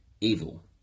evil